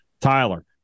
Tyler